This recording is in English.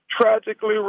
tragically